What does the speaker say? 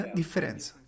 differenza